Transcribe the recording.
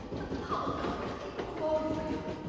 but the public out there, the people who voted for you.